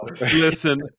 Listen